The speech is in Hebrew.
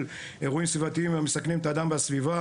אירועים סביבתיים המסכנים את האדם והסביבה,